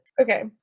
Okay